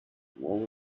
what